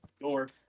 door